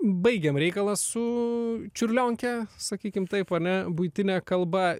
baigiam reikalą su čiurlionke sakykim taip ane buitine kalba